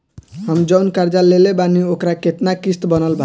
हम जऊन कर्जा लेले बानी ओकर केतना किश्त बनल बा?